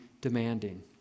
demanding